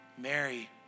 Mary